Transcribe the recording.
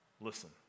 listen